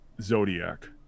Zodiac